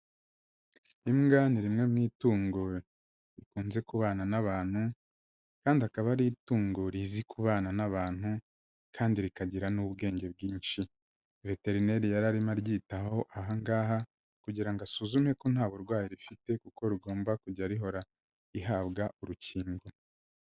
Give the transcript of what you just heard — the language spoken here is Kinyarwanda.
Imbwa ni rimwe mu itungo rikunze kubana n'abantu kandi akaba ari itungo rizi kubana n'abantu kandi rikagira n'ubwenge bwinshi, Veterineri yararimo aryitaho aha ngaha kugira ngo asuzume ko nta burwayi rifite kuko rigomba kujya rihora rihabwa urukingo.